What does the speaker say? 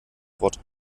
wort